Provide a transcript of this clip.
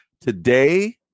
today